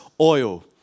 oil